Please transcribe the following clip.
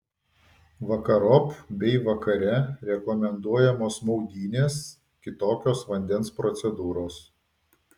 vakarop bei vakare rekomenduojamos maudynės kitokios vandens procedūros